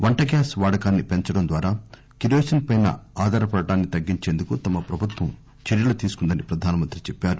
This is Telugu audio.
వంటగ్యాస్ వాడకాన్ని పెంచడం ద్వారా కిరోసిన్ పై ఆధారపడటాన్ని తగ్గించేందుకు తమ ప్రభుత్వం చర్యలు తీసుకుందని ప్రధానమంత్రి చెప్పారు